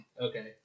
Okay